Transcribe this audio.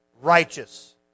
righteous